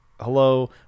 hello